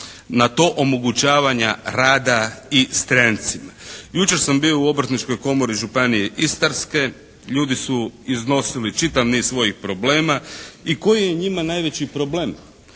na to omogućavanja rada i strancima. Jučer sam bio u Obrtničkoj komori Županije istarske. Ljudi su iznosili čitav niz svojih problema. I koji je njima najveći problem?